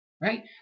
Right